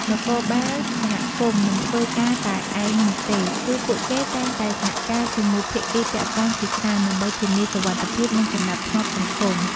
នគរបាលសហគមន៍ មិនធ្វើការតែឯងនោះទេ គឺពួកគេតែងតែសហការជាមួយភាគីពាក់ព័ន្ធជាច្រើន ដើម្បីធានាសុវត្ថិភាព និងសណ្ដាប់ធ្នាប់សង្គម។